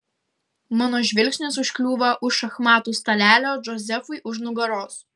mano žvilgsnis užkliūva už šachmatų stalelio džozefui už nugaros